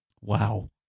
Wow